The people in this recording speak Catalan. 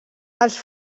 els